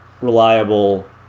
reliable